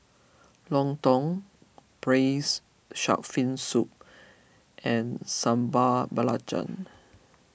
Lontong Braised Shark Fin Soup and Sambal Belacan